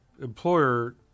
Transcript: employer